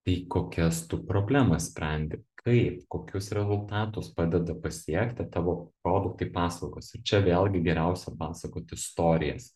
tai kokias tu problemas sprendi kaip kokius rezultatus padeda pasiekti tavo produktai paslaugos ir čia vėlgi geriausia pasakot istorijas